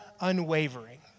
unwavering